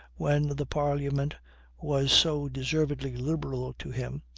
when the parliament was so deservedly liberal to him,